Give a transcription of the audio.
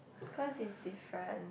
cause it's different